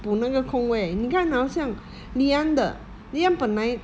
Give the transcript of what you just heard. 补那个空位你看 hor 像 leanne 的 leanne 本来